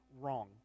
wrong